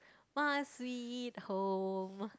my sweet home